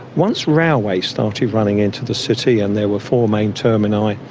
once railways starting running into the city and there were four main terminii,